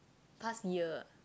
past year